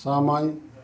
समय